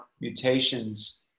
mutations